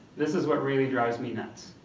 this is what really drives me nuts.